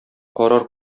карар